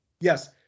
Yes